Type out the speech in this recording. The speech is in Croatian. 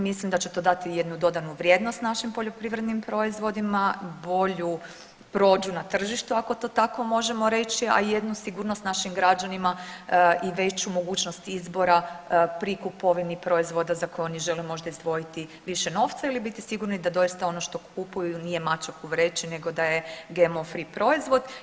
Mislim da će to dati jednu dodanu vrijednost našim poljoprivrednim proizvodima, bolju prođu na tržištu ako to tako možemo reći, a i jednu sigurnost našim građanima i veću mogućnost izbora pri kupovini proizvoda za koje oni žele možda izdvojiti više novca ili biti sigurni da doista ono što kupuju nije mačak u vreći nego da je GMO free proizvod.